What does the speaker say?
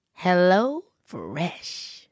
HelloFresh